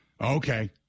Okay